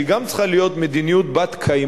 שהיא גם צריכה להיות מדיניות בת-קיימא,